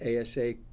ASA